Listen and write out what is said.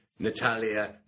Natalia